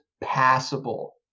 passable